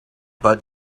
but